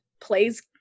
plays